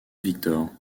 victor